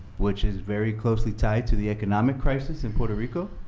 which is very closely tied to the economic crisis in puerto rico.